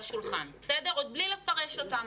אני קודם כל שמה את הנתונים על השולחן ועוד בלי לפרש אותם.